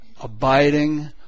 abiding